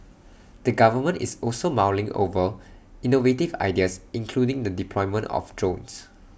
the government is also mulling over innovative ideas including the deployment of drones